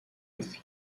with